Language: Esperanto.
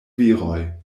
viroj